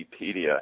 Wikipedia